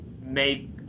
make